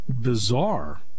bizarre